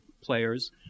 players